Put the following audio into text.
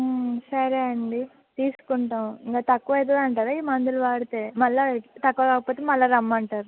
సరే అండి తీసుకుంటాం ఇంకా తక్కువ అవుతుంది అంటారా ఈ మందులు వాడితే మళ్ళీ తక్కువ కాకపోతే మళ్ళీ రమ్మంటారు